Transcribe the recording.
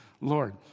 Lord